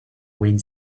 wind